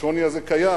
השוני הזה קיים,